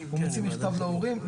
הוא מוציא מכתב להורים.